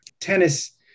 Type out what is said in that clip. Tennis